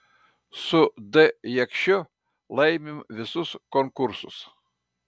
su d jakšiu laimim visus konkursus